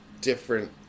different